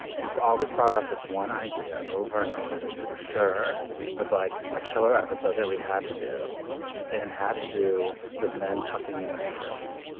you've always brought up this one idea over and over that you were sure was like a killer episode that we had to do and had to do with men tucking in their shirts.